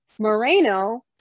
Moreno